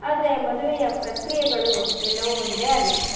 ಆದರೆ ಮದುವೆಯ ಪ್ರಕ್ರಿಯೆಗಳು ಎಲ್ಲವೂ ಒಂದೇ ಆಗಿರುತ್ತೆ